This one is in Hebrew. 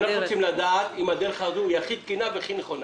אנחנו רוצים לדעת אם הדרך הזאת היא הכי תקינה והכי נכונה.